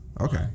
Okay